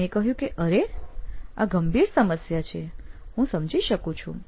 મેં કહયું કે અરે આ ગંભીર સમસ્યા છે હું સમજી શકું છું